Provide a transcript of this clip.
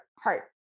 heart